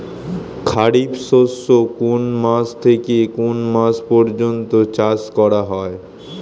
খারিফ শস্য কোন মাস থেকে কোন মাস পর্যন্ত চাষ করা হয়?